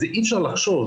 אי אפשר לחשוב,